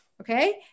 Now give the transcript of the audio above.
Okay